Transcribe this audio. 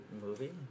movie